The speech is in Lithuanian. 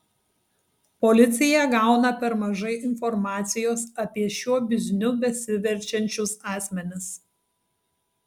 policija gauna per mažai informacijos apie šiuo bizniu besiverčiančius asmenis